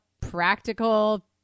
practical